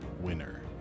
winner